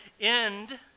end